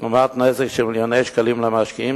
וגרימת נזק של מיליוני שקלים למשקיעים,